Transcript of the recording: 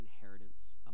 inheritance